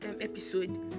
episode